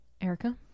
erica